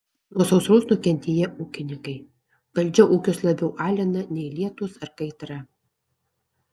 nuo sausros nukentėję ūkininkai valdžia ūkius labiau alina nei lietūs ar kaitra